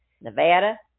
Nevada